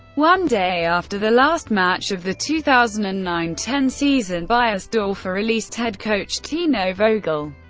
one day after the last match of the two thousand and nine ten season, beiersdorfer released head coach tino vogel,